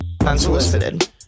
Unsolicited